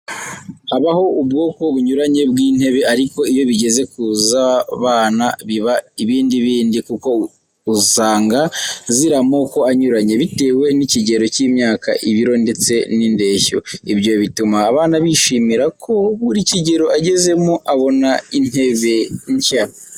Habaho ubwoko bunyuranye bw'intebe, ariko iyo bigeze kuza abana biba ibindi bindi kuko uzanga ziri amokoko anyuranye; Bitewe ni ikigero cy'imyaka, ibiro ndetse ni indenshyo. Ibyo bituma abana bishimira ko buri kigero agezemo abona intebe nshya.